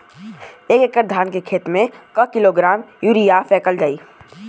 एक एकड़ धान के खेत में क किलोग्राम यूरिया फैकल जाई?